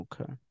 Okay